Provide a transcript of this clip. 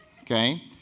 Okay